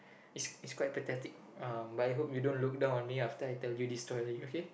is is quite pathetic uh but I hope you don't look down on me after I tell you this story okay